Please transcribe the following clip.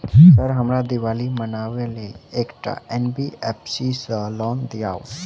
Sir हमरा दिवाली मनावे लेल एकटा एन.बी.एफ.सी सऽ लोन दिअउ?